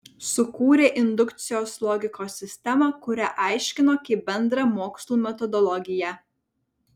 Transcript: sukūrė indukcijos logikos sistemą kurią aiškino kaip bendrą mokslų metodologiją